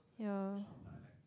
yeah